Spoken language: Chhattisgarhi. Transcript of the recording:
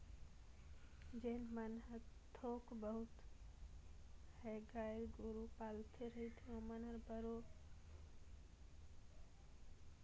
जेन मन ह थोक बहुत ह गाय गोरु पाले रहिथे ओमन ह बरोबर दूद बेंच के अपन परवार ल चला डरथे